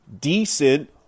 decent